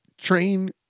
train